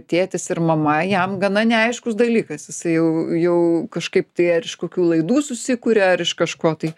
tėtis ir mama jam gana neaiškus dalykas jisai jau jau kažkaip tai ar iš kokių laidų susikuria ar iš kažko tai